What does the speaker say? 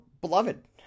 beloved